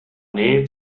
nähe